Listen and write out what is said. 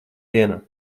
dienā